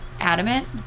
adamant